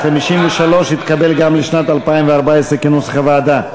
53 התקבל ל-2013 כנוסח הוועדה.